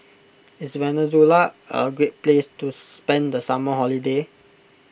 is Venezuela a great place to spend the summer holiday